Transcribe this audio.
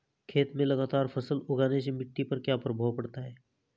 खेत में लगातार फसल उगाने से मिट्टी पर क्या प्रभाव पड़ता है?